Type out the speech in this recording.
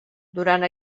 durant